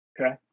Okay